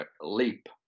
leap